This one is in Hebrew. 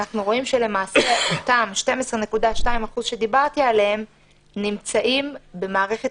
אנחנו רואים שלמעשה אותם 12.2% שדיברתי עליהם נמצאים במערכת